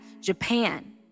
Japan